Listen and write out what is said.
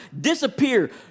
disappear